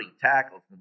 tackles